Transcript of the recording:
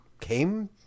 came